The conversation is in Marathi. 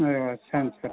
अरे वा छान छान